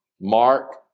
Mark